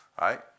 right